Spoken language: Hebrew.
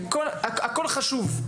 הכול חשוב,